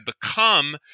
become